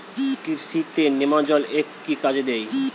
কৃষি তে নেমাজল এফ কি কাজে দেয়?